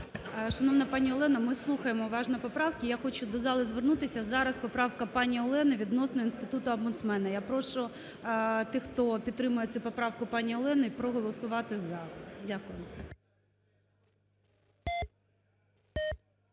Шановна пані Олено, ми слухаємо уважно поправки. Я хочу до зали звернутися, зараз поправка пані Олени відносно Інституту омбудсмена. Я прошу тих хто підтримує цю поправку пані Олени проголосувати "за". Дякую.